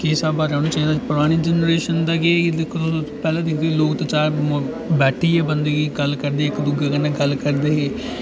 कि किस स्हाबै दा रौह्ना चाहिदा परानी जैनरेशन दा केह् ऐ कि दिक्खो तुस पैह्लें दिखदे हे लोक ता चार लोग बैठियै बंदे गल्ल करदे हे इक दूऐ कन्नै गल्ल करदे हे